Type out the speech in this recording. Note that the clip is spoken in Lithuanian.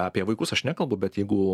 apie vaikus aš nekalbu bet jeigu